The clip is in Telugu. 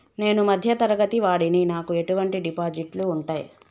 నేను మధ్య తరగతి వాడిని నాకు ఎటువంటి డిపాజిట్లు ఉంటయ్?